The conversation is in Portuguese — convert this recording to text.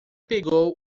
pegou